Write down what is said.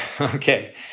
Okay